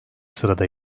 sırada